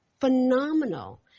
phenomenal